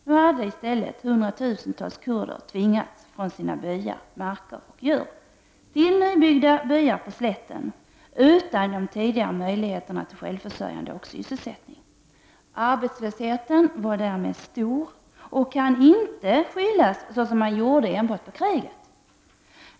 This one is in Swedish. Nu hade i stället tusentals kurder tvingats gå från sina byar, marker och djur till nybyggda byar på slätten, byar som inte gav dem de möjligheter de tidigare hade till sjävförsörjande och sysselsättning. Arbetslösheten var därmed stor, och den kan inte, så som man gjorde, skyllas enbart på kriget.